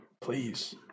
Please